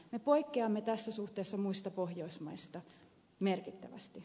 me poikkeamme tässä suhteessa muista pohjoismaista merkittävästi